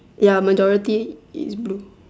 ya majority is blue